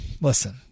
listen